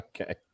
Okay